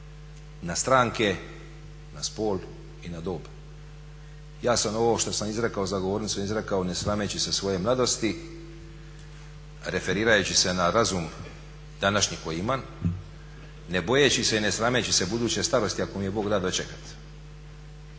na stranke, na spol i na dob. Ja sam ovo što sam izrekao za govornicom izrekao ne srameći se svoje mladosti, referirajući se na razum današnji koji imam, ne bojeći se i ne srameći se buduće starosti ako mi je Bog da dočekati.